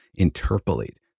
interpolate